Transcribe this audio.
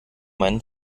meinen